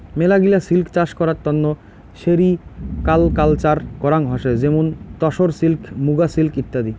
মেলাগিলা সিল্ক চাষ করার তন্ন সেরিকালকালচার করাঙ হসে যেমন তসর সিল্ক, মুগা সিল্ক ইত্যাদি